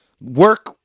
Work